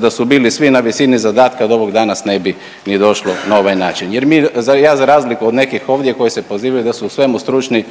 da su bili svi na visini zadatka do ovog danas ne bi ni došlo na ovaj način. Jer mi, ja za razliku od nekih ovdje koji se pozivaju da su u svemu stručni